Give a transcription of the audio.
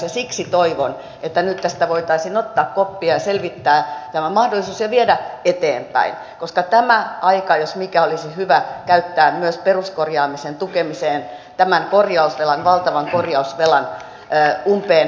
siksi toivon että nyt tästä voitaisiin ottaa koppia ja selvittää tämä mahdollisuus ja viedä tätä eteenpäin koska tämä aika jos mikä olisi hyvä käyttää myös peruskorjaamisen tukemiseen tämän korjausvelan valtavan korjausvelan umpeenkuromiseen